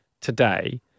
today